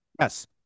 Yes